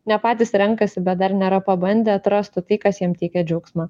ne patys renkasi bet dar nėra pabandė atrasti tai kas jiem teikia džiaugsmą